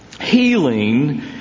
healing